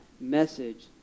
message